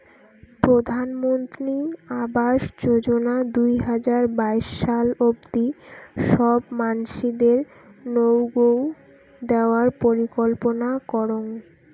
প্রধানমন্ত্রী আবাস যোজনা দুই হাজার বাইশ সাল অব্দি সব মানসিদেরনৌগউ দেওয়ার পরিকল্পনা করং